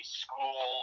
school